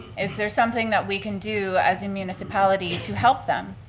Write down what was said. is there something that we can do as a municipality to help them?